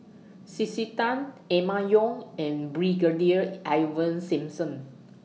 C C Tan Emma Yong and Brigadier Ivan Simson